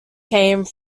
came